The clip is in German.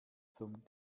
zum